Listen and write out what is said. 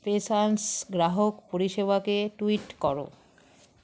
patience গ্রাহক পরিষেবাকে tweet করো